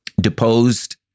deposed